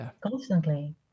constantly